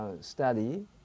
Study